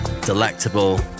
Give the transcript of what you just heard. delectable